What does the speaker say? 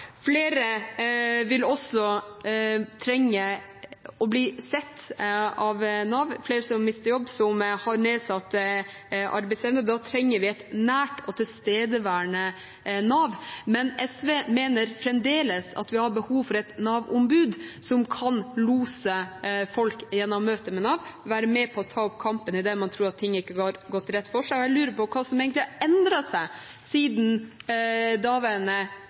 Flere vil også trenge å bli sett av Nav. Det er flere som mister jobben, som har nedsatt arbeidsevne. Da trenger vi et nært og tilstedeværende Nav. Men SV mener fremdeles at vi har behov for et Nav-ombud, som kan lose folk gjennom møtet med Nav, være med på å ta opp kampen når man tror at ting ikke har gått rett for seg. Jeg lurer på hva som egentlig har endret seg siden daværende